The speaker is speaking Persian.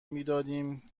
میدادیم